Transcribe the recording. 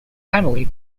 family